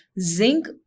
zinc